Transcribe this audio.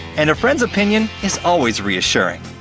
and a friend's opinion is always reassuring.